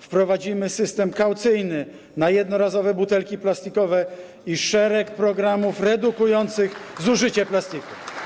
Wprowadzimy system kaucyjny na jednorazowe butelki plastikowe i szereg programów redukujących zużycie plastiku.